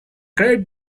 great